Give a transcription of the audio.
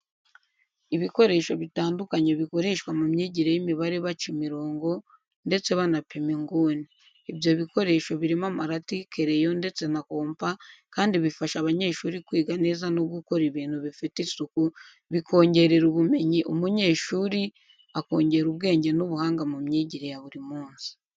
Ibikoresho bitandukanye bikoreshwa mu myigire y'imibare baca imirongo ndetse banapima inguni. Ibyo bikoresho birimo amarati, kereyo ndetse na kompa kandi bifasha abanyeshuri kwiga neza no gukora ibintu bifite isuku, bikongerera ubumenyi umunyeshuri akongera ubwenge n'ubuhanga mu myigire ya buri munsi.